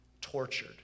tortured